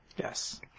Yes